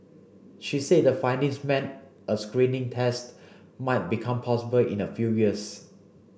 she said the findings meant a screening test might become possible in a few years